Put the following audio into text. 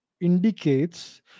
indicates